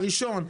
הראשון,